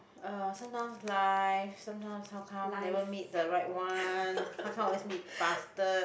uh sometime life sometime sometime never meet the right one how come always meet bastard